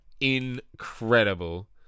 incredible